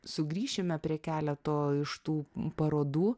sugrįšime prie keleto iš tų parodų